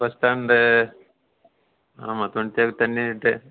bus stand ஆமாம் துணி துவைக்குற தண்ணி விட்டு